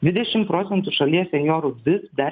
dvidešim procentų šalies senjorų vis dar